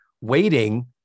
waiting